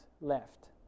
left